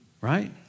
right